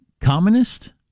communist